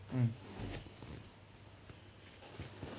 mm